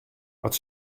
wat